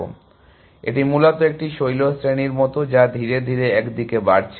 সুতরাং এটি মূলত একটি শৈলশ্রেণীর মতো যা ধীরে ধীরে এক দিকে বাড়ছে